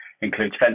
includes